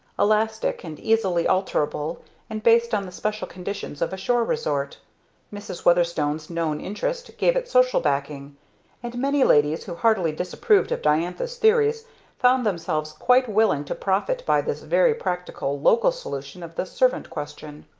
elastic and easily alterable and based on the special conditions of a shore resort mrs. weatherstone's known interest gave it social backing and many ladies who heartily disapproved of diantha's theories found themselves quite willing to profit by this very practical local solution of the servant question.